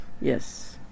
Yes